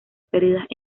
perdidas